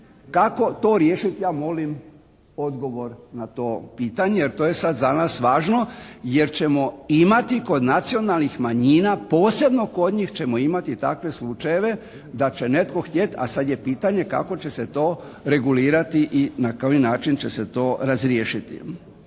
Kako to riješiti? Ja molim odgovor na to pitanje jer to je sad za nas važno jer ćemo imati kod nacionalnih manjina, posebno kod njih ćemo imati takve slučajeve da će netko htjeti, a sad je pitanje kako će se to regulirati i na koji način će se to razriješiti?